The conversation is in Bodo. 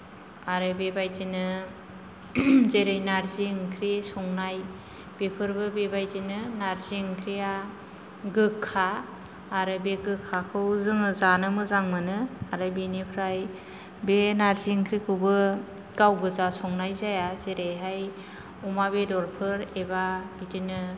आरो बेबायदिनो जेरै नारजि ओंख्रि संनाय बेफोरबो बेबायदिनो नारजि ओंख्रिया गोखा आरो बे गोखाखौ जोङो जानो मोजां मोनो आरो बेनिफ्राय बे नारजि ओंख्रिखौबो गाव गोजा संनाय जाया जेरैहाय अमा बेदरफोर एबा बिदिनो